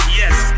yes